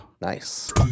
Nice